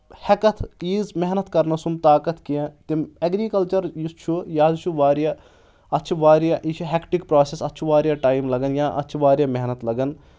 ہیکتھ تیٖژ محنت کرنس سُمب طاقت کینٛہہ تِم ایگریکلچر یُس چھُ یہِ حظ چھُ واریاہ اَتھ چھِ واریاہ یہِ چھِ ہیٚکٹِک پرٛوسس اتھ چھُ واریاہ ٹایم لگان یا اَتھ چھِ واریاہ محنت لگان